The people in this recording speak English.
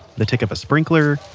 the tick of a sprinkler